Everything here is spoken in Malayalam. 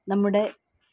നമ്മുടെ